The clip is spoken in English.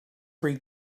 free